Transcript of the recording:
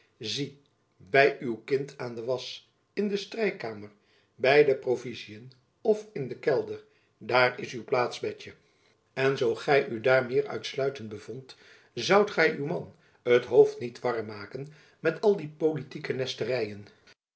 zie by uw kind aan den wasch in de strijkkamer by de proviziën of in den kelder daar is uw plaats betjen en zoo gy u daar meer uitsluitend bevondt zoudt gy uw man het hoofd niet warm maken met al die politieke nesteryen